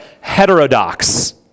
heterodox